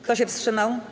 Kto się wstrzymał?